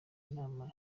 nama